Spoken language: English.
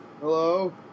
Hello